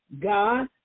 God